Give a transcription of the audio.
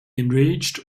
enraged